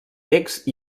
text